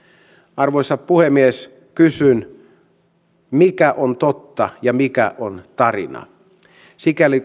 arvoisa puhemies kysyn mikä on totta ja mikä on tarinaa sikäli